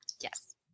Yes